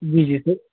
जी जी सर